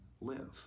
live